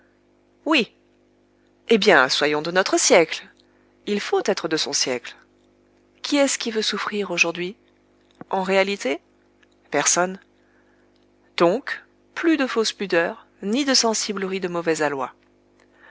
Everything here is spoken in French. oui eh bien soyons de notre siècle il faut être de son siècle qui est-ce qui veut souffrir aujourd'hui en réalité personne donc plus de fausse pudeur ni de sensiblerie de mauvais aloi